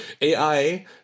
AI